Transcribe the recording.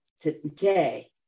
Today